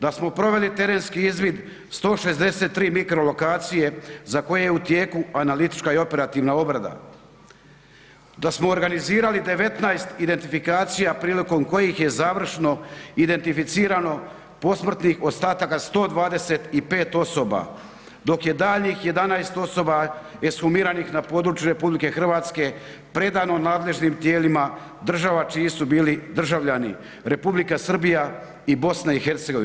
Da smo proveli terenski izvid 163 mikro lokacije za koje je u tijeku analitička i operativna obrada, da smo organizirali 19 identifikacija prilikom kojih je završno identificirano posmrtnih ostataka 125 osoba, dok je daljnjih 11 osoba ekshumiranih na području RH predano nadležnim tijelima država čiji su bili državljani, Republika Srbija i BiH.